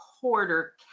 quarter